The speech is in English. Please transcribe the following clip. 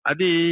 Adi